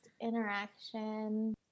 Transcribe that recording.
interaction